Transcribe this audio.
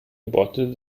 aborted